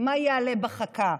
מה יעלה בחכה.